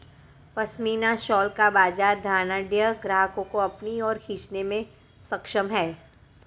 pashmina shawl का बाजार धनाढ्य ग्राहकों को अपनी ओर खींचने में सक्षम है